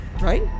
Right